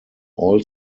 all